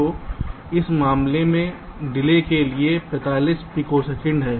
तो इस मामले में देरी के लिए 45 पिकोसेकंड है